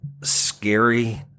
scary